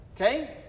Okay